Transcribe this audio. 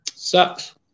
Sucks